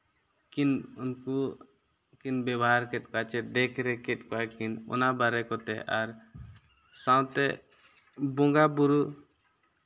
ᱠᱤᱱ ᱩᱱᱠᱩ ᱠᱤᱱ ᱵᱮᱵᱚᱦᱟᱨ ᱠᱮᱫ ᱠᱚᱣᱟ ᱠᱤᱱ ᱪᱮᱫ ᱫᱮᱠᱷ ᱨᱮᱠ ᱠᱮᱫ ᱠᱚᱣᱟ ᱠᱤᱱ ᱚᱱᱟ ᱵᱟᱨᱮ ᱠᱚᱛᱮ ᱟᱨ ᱥᱟᱶᱛᱮ ᱵᱚᱸᱜᱟᱼᱵᱩᱨᱩ